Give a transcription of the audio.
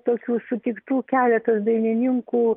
tokių sutiktų keletas dainininkų